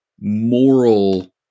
moral